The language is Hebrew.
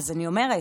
אז אני אומרת,